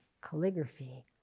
calligraphy